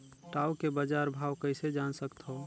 टाऊ के बजार भाव कइसे जान सकथव?